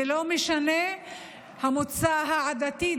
ולא משנה המוצא העדתי,